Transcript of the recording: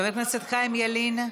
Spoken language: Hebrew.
חבר הכנסת חיים ילין,